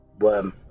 Worm